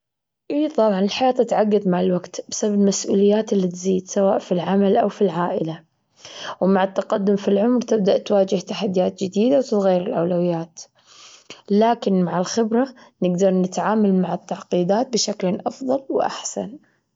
اي طبعا الحياة تتعقد مع الوقت بسبب المسؤوليات اللي تزيد سواء في العمل أو في العائلة، ومع التقدم في العمر تبدء تواجه تحديات جديدة وتتغير الأولويات، لكن مع الخبرة، نقدر نتعامل مع التعقيدات بشكل أفضل وأحسن.